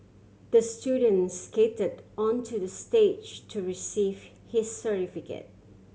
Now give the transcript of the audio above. the student skated onto the stage to receive his certificate